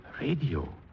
Radio